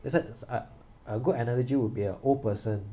that's why a a good analogy would be a old person